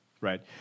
right